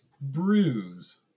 Bruise